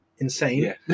insane